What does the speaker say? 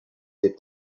des